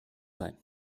sein